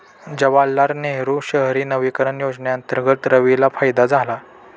जवाहरलाल नेहरू शहरी नवीकरण योजनेअंतर्गत रवीला फायदा झाला